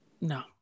No